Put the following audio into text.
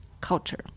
culture